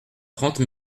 trente